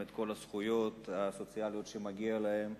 את כל הזכויות הסוציאליות שמגיעות להם,